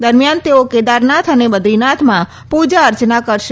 દરમિયાન તેઓ કેદારનાથ અને બદ્રીનાથમાં પૂજા અર્ચના કરશે